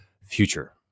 future